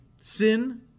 sin